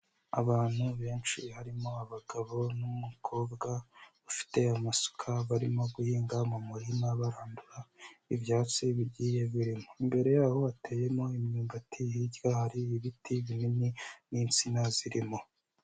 Abantu benshi harimo abagabo n'umukobwa bafite amasuka barimo guhinga mu murima barandura ibyatsi bigiye birimo, imbere ya ho bateyemo imyumbati hirya hari ibiti binini n'insina zirimo.